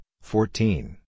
fourteen